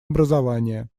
образования